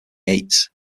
yates